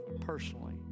personally